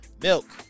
milk